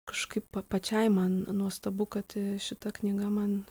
kažkaip pačiai man nuostabu kad šita knyga man